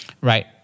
Right